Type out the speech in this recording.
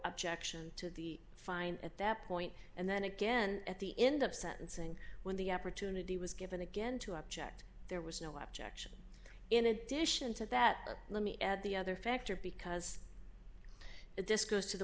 objection to the fine at that point and then again at the end of sentencing when the opportunity was given again to object there was no objection in addition to that but let me add the other factor because if this goes to the